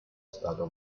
stato